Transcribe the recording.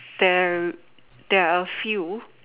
there there are a few